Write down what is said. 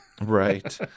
Right